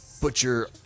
butcher